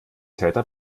täter